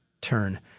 turn